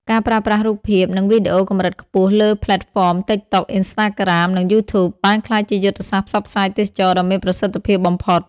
ការប្រើប្រាស់រូបភាព និងវីដេអូកម្រិតខ្ពស់លើផ្លេតហ្វម TikTok, Instagram និង YouTube បានក្លាយជាយុទ្ធសាស្ត្រផ្សព្វផ្សាយទេសចរណ៍ដ៏មានប្រសិទ្ធភាពបំផុត។